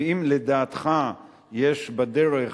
ואם לדעתך יש בדרך